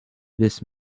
this